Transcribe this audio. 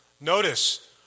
Notice